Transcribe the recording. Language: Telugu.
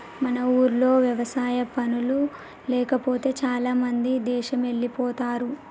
మన ఊర్లో వ్యవసాయ పనులు లేకపోతే చాలామంది దేశమెల్లిపోతారు